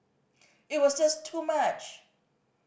it was just too much